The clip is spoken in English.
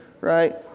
right